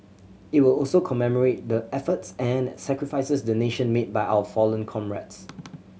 it will also commemorate the efforts and sacrifices the nation made by our fallen comrades